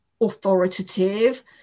authoritative